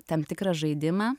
tam tikrą žaidimą